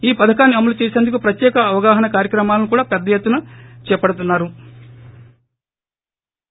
ఈ పథకాన్ని అమలు చేసందుకు ప్రత్యేక అవగాహన కార్యక్రమాలను కూడా పెద్ద ఎత్తున చేపడుతున్నారు